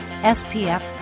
SPF